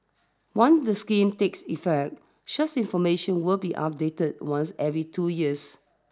once the scheme take effect such information will be updated once every two years